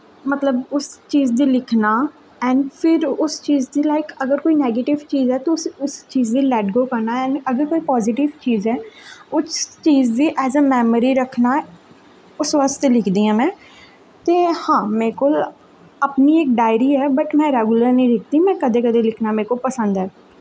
मतलब उस चीज़ गी लिखना ऐंड फिर उस चीज़ गी लाईक अगर कोई नैगेटिव चीज़ ऐ उस चीज़ गी लैट गो करना होर कोई अगर कोई पाज़िटिव चीज़ ऐ उस चीज गी ऐज ए मैमरी च रक्खना उस बास्तै लिखदी आं में ते हां मेरे कोल मेरी अपनी इक डायरी ऐ बट में रेगुलर निं लिखदी में कदें कदें लिखना मेरे को पसंद ऐ